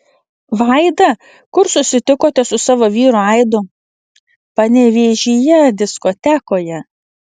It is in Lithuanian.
vaida kur susitikote su savo vyru aidu panevėžyje diskotekoje